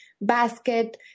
basket